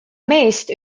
meest